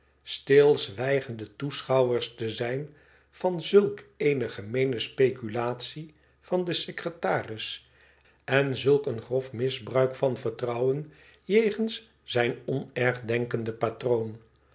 stilzwijgende toeschouwers te zijn van zulk eene gemeene speculatie van den secretaris en zulk een grof misbruik van vertrouwen jegens zijn onergdenkenden patroon